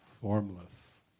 formless